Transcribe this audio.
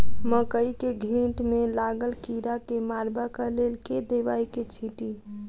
मकई केँ घेँट मे लागल कीड़ा केँ मारबाक लेल केँ दवाई केँ छीटि?